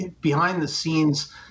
behind-the-scenes